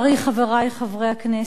חברי חברי הכנסת,